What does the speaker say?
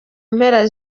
mpera